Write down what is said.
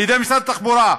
על-ידי משרד התחבורה,